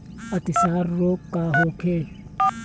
अतिसार रोग का होखे?